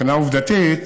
מבחינה עובדתית,